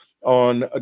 On